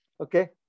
Okay